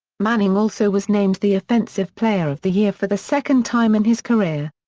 manning also was named the offensive player of the year for the second time in his career.